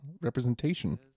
representation